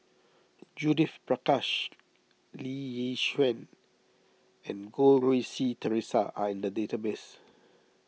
Judith Prakash Lee Yi Shyan and Goh Rui Si theresa are in the database